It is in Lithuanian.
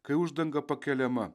kai uždanga pakeliama